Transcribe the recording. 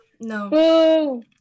No